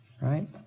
right